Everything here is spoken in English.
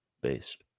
based